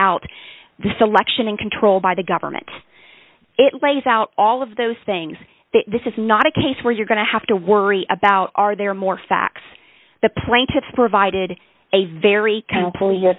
out the selection and control by the government it lays out all of those things that this is not a case where you're going to have to worry about are there more facts the plaintiffs provided a very kind of pull